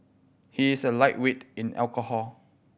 he is a lightweight in alcohol